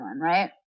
Right